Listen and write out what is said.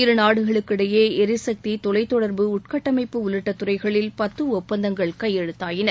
இருநாடுகளுக்கிடையே ளிசக்தி தொலைத்தொடர்பு உள்கட்டமைப்பு உள்ளிட்ட துறைகளில் பத்து ஒப்பந்தங்கள் கையெழுத்தாகின